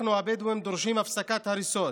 אנחנו הבדואים דורשים הפסקת הריסות,